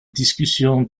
discussion